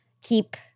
keep